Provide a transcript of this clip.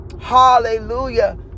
hallelujah